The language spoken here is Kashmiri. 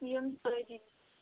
یِم سٲری